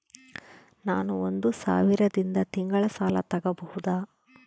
ನಾನು ಒಂದು ಸಾವಿರದಿಂದ ತಿಂಗಳ ಸಾಲ ತಗಬಹುದಾ?